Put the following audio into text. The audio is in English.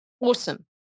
Awesome